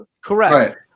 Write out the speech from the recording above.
Correct